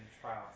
trial